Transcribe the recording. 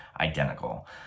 identical